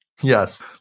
Yes